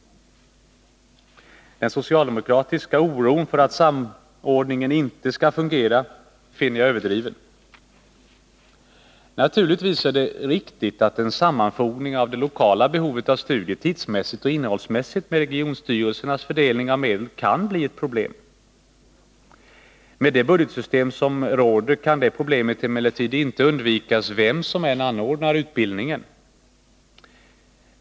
Den socialdemokratiska oron för att samordningen inte skall fungera finner jag överdriven. Naturligtvis är det riktigt att en sammanfogning tidsmässigt och innehållsmässigt av det lokala behovet av studier med regionstyrelsernas fördelning av medel kan bli ett problem. Med det budgetsystem som råder kan det problemet emellertid inte undvikas, vem som än anordnar utbildningen.